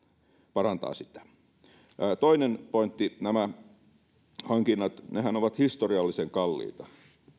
parantaa sitä toinen pointti nämä hankinnathan ovat historiallisen kalliita